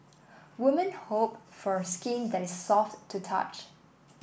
woman hope for skin that is soft to touch